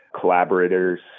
collaborators